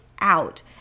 out